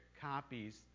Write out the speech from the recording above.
copies